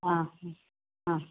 ആ മ് ആ